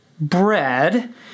bread